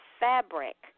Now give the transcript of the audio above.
fabric